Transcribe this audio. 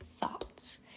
thoughts